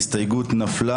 הצבעה הסתייגות נדחתה.